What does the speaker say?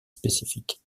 spécifiques